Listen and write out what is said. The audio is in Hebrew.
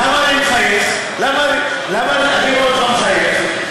למה אני מחייך, למה אני רואה אותך מחייך?